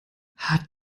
hat